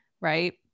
right